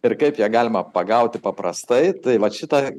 ir kaip ją galima pagauti paprastai tai vat šitą